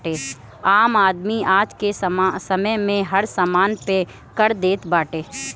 आम आदमी आजके समय में हर समान पे कर देत बाटे